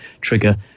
trigger